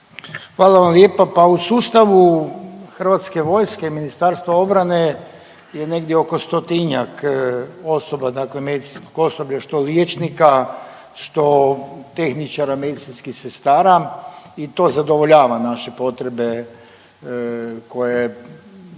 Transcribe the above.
Hvala vam lijepa. Pa u sustavu Hrvatske vojske Ministarstva obrane je negdje oko 100-tinjak osoba, dakle medicinskog osoblja što liječnika, što tehničara, medicinskih sestara i to zadovoljava naše potrebe koje